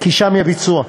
כי שם יהיה ביצוע,